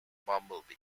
bumblebee